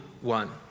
one